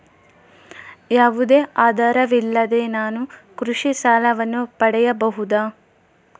ಯಾವುದೇ ಆಧಾರವಿಲ್ಲದೆ ನಾನು ಕೃಷಿ ಸಾಲವನ್ನು ಪಡೆಯಬಹುದಾ?